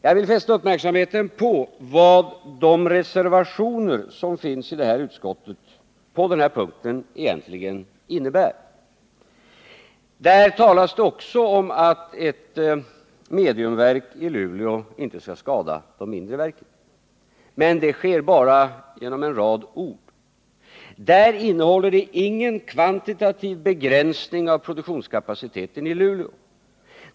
Jag vill fästa uppmärksamheten på vad de reservationer som finns i betänkandet på den här punkten egentligen innebär. Där talas det också om att ett mediumverk i Luleå inte skall skada de mindre verken. Men det sker bara genom en rad ord. Där finns det ingen kvantitativ begränsning av produktionskapaciteten i Luleå.